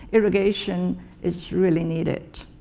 irrigation is really needed.